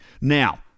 Now